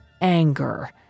anger